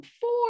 four